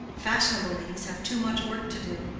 fashionable ladies have too much work to do.